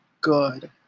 good